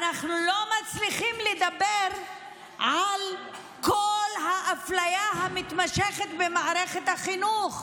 אנחנו לא מצליחים לדבר על כל האפליה המתמשכת במערכת החינוך,